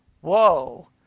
whoa